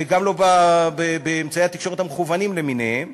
וגם לא באמצעי התקשורת המקוונים למיניהם,